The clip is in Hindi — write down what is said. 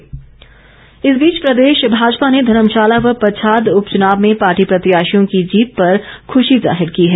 प्रतिक्रिया भाजपा इस बीच प्रदेश भाजपा ने धर्मशाला व पच्छाद उपचुनाव में पार्टी प्रत्याशियों की जीत पर खुशी जाहिर की है